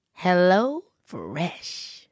HelloFresh